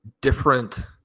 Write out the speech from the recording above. different